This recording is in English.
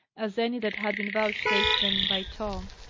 as any that had been vouchsafed them by tom.